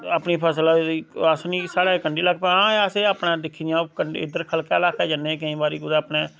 अपनी फसल अस्स मिगी स्हाड़ै कंढी ल्हाका आं असें अपनियां दिक्खी दियां ओह् कंढी इद्धर खल्कै ल्हाकै जन्ने केईं बारी कुतै अपने